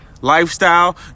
lifestyle